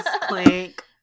Clink